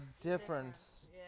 difference